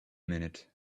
minute